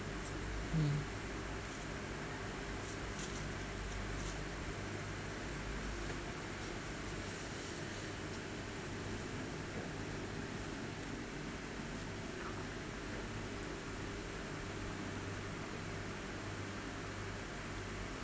hmm